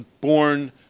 born